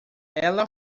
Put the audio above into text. ela